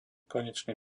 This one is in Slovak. konečný